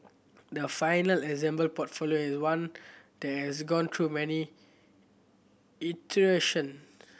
the final assembled portfolio is one that has gone through many iteration